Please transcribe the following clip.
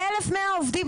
1,100 עובדים,